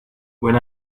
when